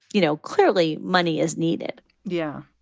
you know, clearly, money is needed yeah.